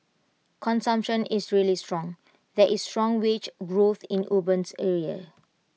consumption is really strong there is strong wage growth in urban areas